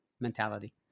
mentality